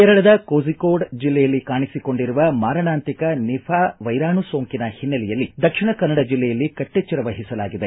ಕೇರಳದ ಕೋಜಿಕೋಡ್ ಜಿಲ್ಲೆಯಲ್ಲಿ ಕಾಣಿಸಿಕೊಂಡಿರುವ ಮಾರಣಾಂತಿಕ ನಿಫಾ ವೈರಾಣು ಸೋಂಕಿನ ಹಿನ್ನೆಲೆಯಲ್ಲಿ ದಕ್ಷಿಣ ಕನ್ನಡ ಜಿಲ್ಲೆಯಲ್ಲಿ ಕಟ್ಟೆಚ್ಚರ ವಹಿಸಲಾಗಿದೆ